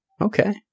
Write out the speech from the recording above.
Okay